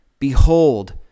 Behold